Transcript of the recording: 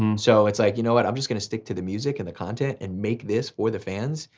and so it's like you know what i'm just gonna stick to the music and the content, and make this for the fans,